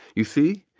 you see,